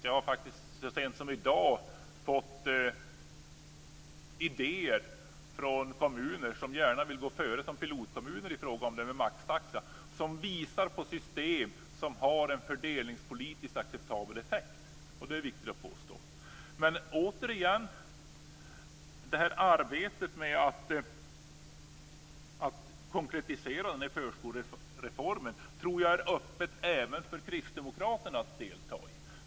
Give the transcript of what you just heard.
Jag har så sent som i dag fått idéer från kommuner som gärna vill gå före som pilotkommuner i fråga om maxtaxa. De visar på system som har en fördelningspolitiskt acceptabel effekt. Det är viktigt att påpeka. Arbetet med att konkretisera förskolereformen tror jag är öppet även för Kristdemokraterna att delta i.